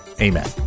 Amen